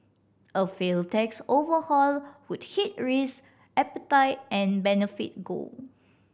a failed tax overhaul would hit risk appetite and benefit gold